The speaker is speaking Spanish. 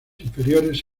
inferiores